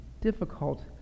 difficult